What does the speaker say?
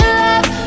love